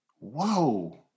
Whoa